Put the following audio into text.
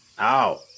Ow